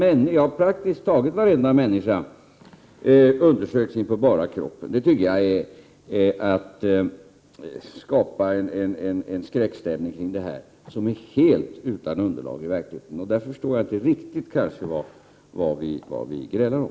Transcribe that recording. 1988/89:97 varenda människa undersöks in på bara kroppen, det tycker jag är att skapa 14 april 1989 | en skräckstämning kring det här som är helt utan underlag i verkligheten. Meddelande om inter | Där förstår jag inte riktigt kanske vad vi grälar om.